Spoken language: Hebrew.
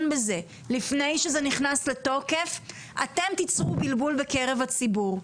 בזה לפני שזה נכנס לתוקף אתם תיצרו בלבול בקרב הציבור.